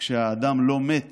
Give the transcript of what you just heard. כשהאדם לא מת